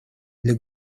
для